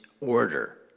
order